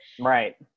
Right